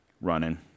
running